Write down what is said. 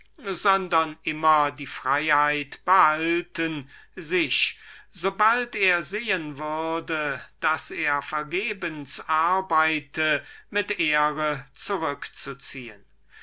sondern immer die freiheit behalten sich so bald er sehen würde daß er vergeblich arbeite mit ehre zurückzuziehen